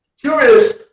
curious